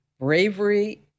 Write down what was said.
bravery